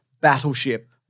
Battleship